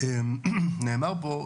נאמר פה,